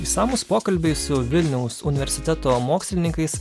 išsamūs pokalbiai su vilniaus universiteto mokslininkais